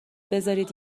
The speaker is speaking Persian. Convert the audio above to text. بذارین